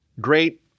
great